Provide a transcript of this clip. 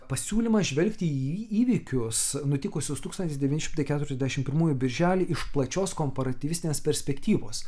pasiūlymas žvelgti į įvykius nutikusius tūkstantis devyni šimtai keturiasdešimt pirmųjų birželį iš plačios komparatyvistinės perspektyvos